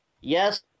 Yes